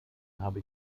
habe